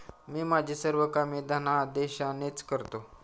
मी माझी सर्व कामे धनादेशानेच करतो